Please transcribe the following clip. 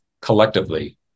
collectively